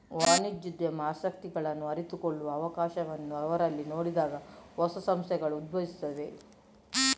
ವಾಣಿಜ್ಯೋದ್ಯಮ ಆಸಕ್ತಿಗಳನ್ನು ಅರಿತುಕೊಳ್ಳುವ ಅವಕಾಶವನ್ನು ಅವರಲ್ಲಿ ನೋಡಿದಾಗ ಹೊಸ ಸಂಸ್ಥೆಗಳು ಉದ್ಭವಿಸುತ್ತವೆ